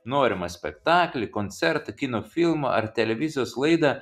norimą spektaklį koncertą kino filmą ar televizijos laidą